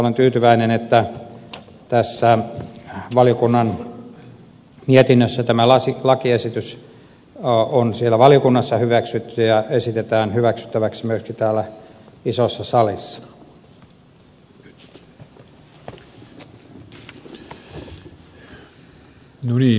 olen tyytyväinen että tämä lakiesitys on siellä valiokunnassa hyväksytty ja esitetään tässä mietinnössä hyväksyttäväksi myöskin täällä isossa salissa